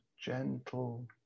gentle